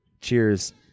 Cheers